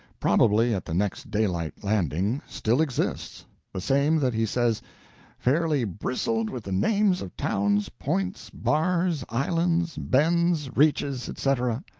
probably at the next daylight landing, still exists the same that he says fairly bristled with the names of towns, points, bars, islands, bends, reaches, etc.